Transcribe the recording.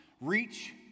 Reach